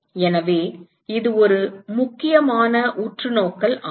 எனவே இது ஒரு முக்கியமான உற்றுநோக்கல் ஆகும்